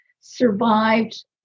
survived